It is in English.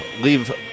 leave